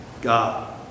God